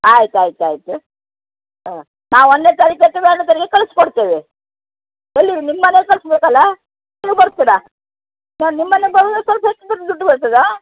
ಆಯ್ತು ಆಯ್ತು ಆಯಿತು ಹಾಂ ನಾವು ಒಂದ್ನೇ ತಾರೀಕು ಅಥವಾ ಎರಡ್ನೇ ತಾರೀಕಿಗೆ ಕಳಿಸ್ಕೊಡ್ತೇವೆ ಎಲ್ಲಿ ನಿಮ್ಮ ಮನೆಗೆ ಕಳಿಸ್ಬೇಕಲ್ಲಾ ನೀವು ಬರ್ತೀರಾ ನಾನು ನಿಮ್ಮ ಮನೆಗೆ ಬರೂದಾರೆ ಸ್ವಲ್ಪ್ ಹೆಚ್ಟು ದುಡ್ಡು ದುಡ್ಡು